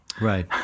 Right